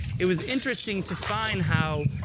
it was interesting to find how,